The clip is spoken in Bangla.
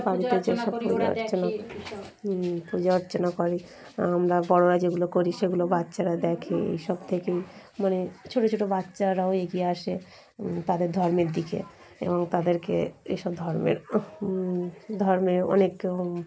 বাড়িতে যেসব পূজা অর্চনা পূজা অর্চনা করি আমরা বড়রা যেগুলো করি সেগুলো বাচ্চারা দেখে এইসব থেকেই মানে ছোট ছোট বাচ্চারাও এগিয়ে আসে তাদের ধর্মের দিকে এবং তাদেরকে এসব ধর্মের ধর্মের অনেক ও